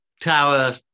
tower